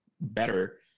better